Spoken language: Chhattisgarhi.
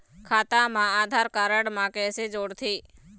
खाता मा आधार कारड मा कैसे जोड़थे?